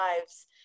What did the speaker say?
lives